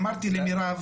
אמרתי למירב